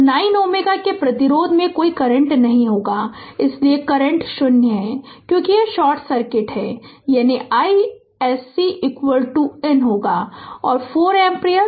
तो 9Ω के प्रतिरोध में कोई करंट नहीं होगा इसलिए करंट 0 है क्योंकि यह शॉर्ट सर्किट है यानी iSC IN होगा 4 एम्पीयर